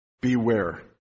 beware